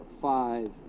five